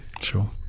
sure